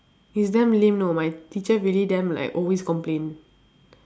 it's damn lame know my teacher really damn like always complain